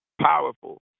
Powerful